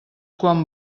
quan